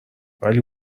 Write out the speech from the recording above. ولی